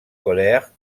colère